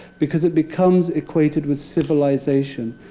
because it becomes equated with civilization.